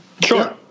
sure